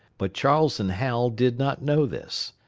but charles and hal did not know this.